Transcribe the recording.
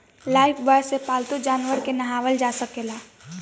Lifebuoy से पाल्तू जानवर के नेहावल जा सकेला